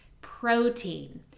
Protein